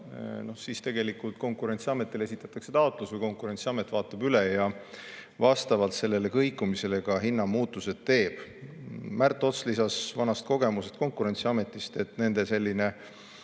Siis esitatakse Konkurentsiametile taotlus või Konkurentsiamet vaatab üle ja vastavalt sellele kõikumisele ka hinnamuutused teeb. Märt Ots lisas oma vanast kogemusest Konkurentsiametis, et nende